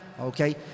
Okay